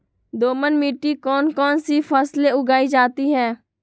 दोमट मिट्टी कौन कौन सी फसलें उगाई जाती है?